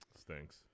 Stinks